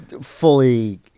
fully